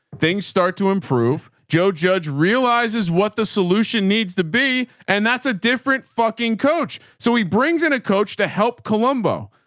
things start to improve. joe judge realizes what the solution needs to be and that's a different fucking coach. so he brings in a coach to help colombo.